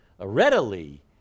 readily